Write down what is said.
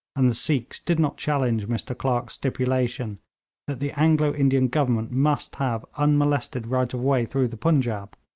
and the sikhs did not challenge mr clerk's stipulation that the anglo-indian government must have unmolested right of way through the punjaub,